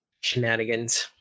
Shenanigans